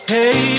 Hey